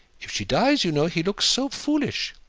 if she dies, you know, he looks so foolish.